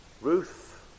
Ruth